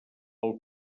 pel